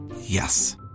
Yes